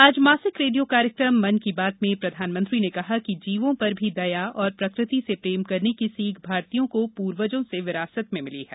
आज मासिक रेडियो कार्यक्रम मन की बात में प्रधानमंत्री ने कहा है कि जीवों पर भी दया और प्रकृति से प्रेम करने की सीख भारतीयों को पूर्वजों से विरासत में मिली है